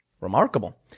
Remarkable